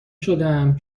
شدم